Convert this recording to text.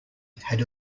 had